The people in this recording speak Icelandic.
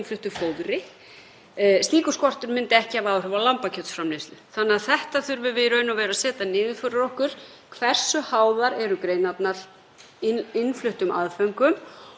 innfluttum aðföngum og hvað þarf að gera til þess að draga úr því hæði, svo að ég orði það nú með þessum hætti?